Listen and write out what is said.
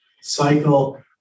cycle